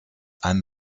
ein